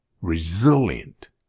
resilient